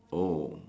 oh